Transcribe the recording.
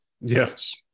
yes